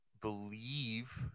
believe